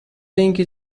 اینکه